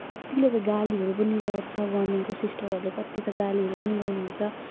कतिले त गालीहरू पनि गर्छ गभर्मेन्टको सिस्टरहरूले कतिले त गालीहरू पनि गर्नुहुन्छ